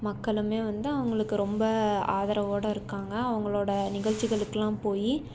மக்களும் வந்து அவங்களுக்கு ரொம்ப ஆதரவோடு இருக்காங்க அவங்களோட நிகழ்ச்சிகளுக்கெல்லாம் போய்